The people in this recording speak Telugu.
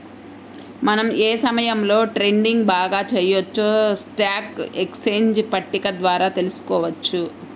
మనం ఏ సమయంలో ట్రేడింగ్ బాగా చెయ్యొచ్చో స్టాక్ ఎక్స్చేంజ్ పట్టిక ద్వారా తెలుసుకోవచ్చు